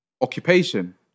Occupation